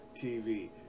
TV